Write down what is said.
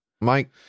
mike